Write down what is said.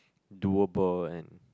doable and